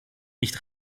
nicht